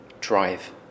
Drive